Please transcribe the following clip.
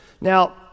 Now